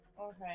Okay